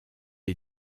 est